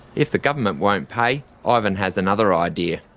if the government won't pay, ivan has another idea.